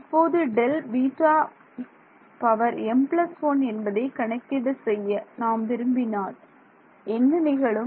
இப்போது Δβm1 என்பதை கணக்கீடு செய்ய நாம் விரும்பினால் என்ன நிகழும்